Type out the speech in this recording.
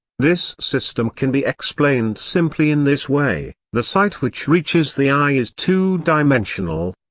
this system can be explained simply in this way the sight which reaches the eye is two dimensional.